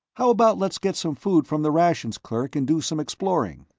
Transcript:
how about let's get some food from the rations clerk, and do some exploring?